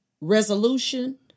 resolution